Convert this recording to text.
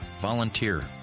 Volunteer